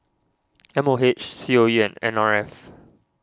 M O H C O E and N R F